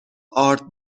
ارد